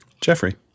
Jeffrey